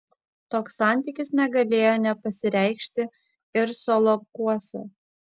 toks santykis negalėjo nepasireikšti ir solovkuose